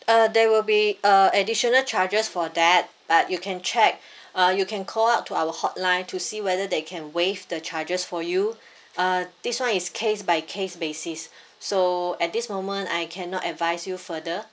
uh there will be uh additional charges for that but you can check uh you can call out to our hotline to see whether they can waive the charges for you uh this [one] is case by case basis so at this moment I cannot advise you further